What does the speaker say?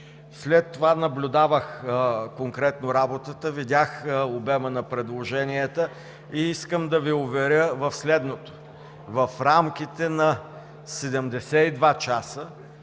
След това наблюдавах конкретно работата, видях обема на предложенията и искам да Ви уверя в следното: в рамките на 72 часа